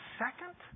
second